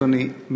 אדוני,